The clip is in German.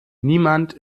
niemand